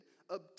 obtained